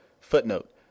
footnote